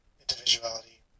individuality